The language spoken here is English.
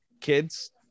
kids